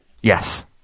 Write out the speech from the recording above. Yes